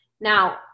Now